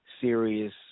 serious